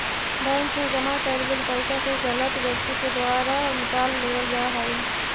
bank मैं जमा कैल गेल पइसा के गलत व्यक्ति के द्वारा निकाल लेवल जा हइ